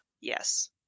Yes